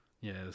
Yes